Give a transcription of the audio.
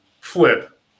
flip